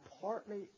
partly